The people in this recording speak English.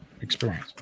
Experience